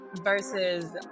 versus